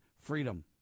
freedom